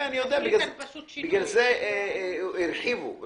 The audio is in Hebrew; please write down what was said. בגלל זה הרחיבו.